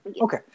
okay